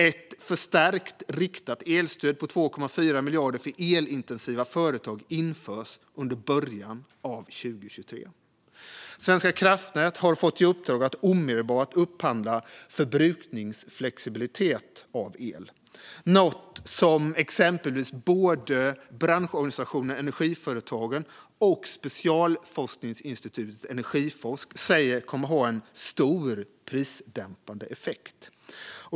Ett förstärkt riktat elstöd på 2,4 miljarder för elintensiva företag införs under början av 2023. Svenska kraftnät har fått i uppdrag att omedelbart upphandla förbrukningsflexibilitet av el, något som exempelvis branschorganisationen Energiföretagen och specialforskningsinstitutet Energiforsk säger kommer att ha en stor prisdämpande effekt.